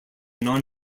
non